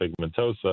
pigmentosa